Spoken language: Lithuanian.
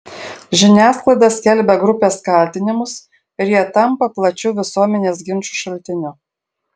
žiniasklaida skelbia grupės kaltinimus ir jie tampa plačių visuomenės ginčų šaltiniu